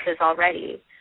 already